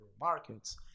markets